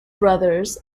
brothers